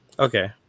okay